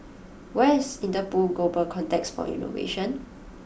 where is Interpol Global Complex for Innovation